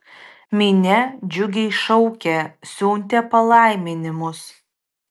minia džiugiai šaukė siuntė palaiminimus